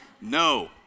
no